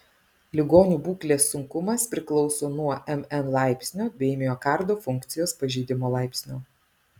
ligonių būklės sunkumas priklauso nuo mn laipsnio bei miokardo funkcijos pažeidimo laipsnio